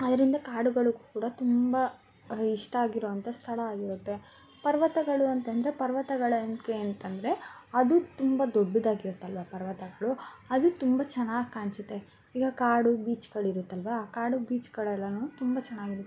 ಅದರಿಂದ ಕಾಡುಗಳೂ ಕೂಡ ತುಂಬ ಇಷ್ಟ ಆಗಿರೊ ಅಂಥ ಸ್ಥಳ ಆಗಿರುತ್ತೆ ಪರ್ವತಗಳು ಅಂತಂದರೆ ಪರ್ವತಗಳು ಏನಕ್ಕೆ ಅಂತಂದರೆ ಅದು ತುಂಬ ದೊಡ್ಡದಾಗಿರುತ್ತಲ್ವಾ ಪರ್ವತಗಳು ಅದು ತುಂಬ ಚೆನ್ನಾಗ್ ಕಾಣಿಸುತ್ತೆ ಈಗ ಕಾಡು ಬೀಚ್ಗಳು ಇರುತ್ತಲ್ವಾ ಕಾಡು ಬೀಚ್ಗಳೆಲ್ಲವು ತುಂಬ ಚೆನ್ನಾಗಿರುತ್ತೆ